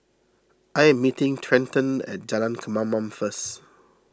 I am meeting Trenten at Jalan Kemaman first